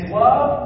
love